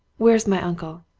where is my uncle?